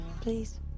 Please